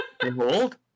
behold